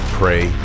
pray